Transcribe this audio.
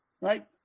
right